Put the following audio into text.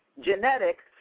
genetics